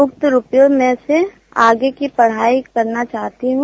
उक्त रूपयों में से आगे की पढ़ाई करना चाहती हूं